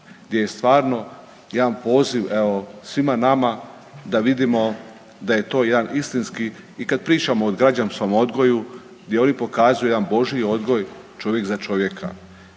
gdje je stvarno jedan poziv evo svima nama da vidimo da je to jedan istinski i kad pričamo o građanskom odgoju gdje oni pokazuju jedan božji odgoj čovjek za čovjeka.